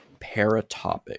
Paratopic